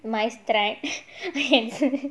my strength